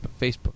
Facebook